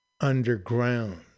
underground